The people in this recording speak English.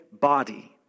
body